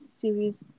series